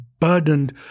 burdened